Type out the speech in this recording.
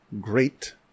great